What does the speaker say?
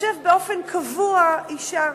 תשב באופן קבוע אשה.